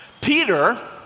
Peter